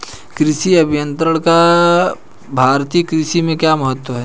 कृषि अभियंत्रण का भारतीय कृषि में क्या महत्व है?